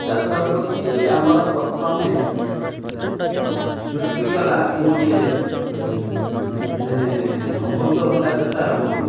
ଚାଷ ପ୍ରତି ଆମର ପ୍ରଥମେ ସୃଷ୍ଟି କଲା ମୁଁ ଗୋଟିଏ ମାନେ ଅମୃତଭଣ୍ଡା ଚାଷ ଆରମ୍ଭ କରିଥିଲି